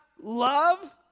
love